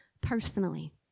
personally